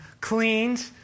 cleaned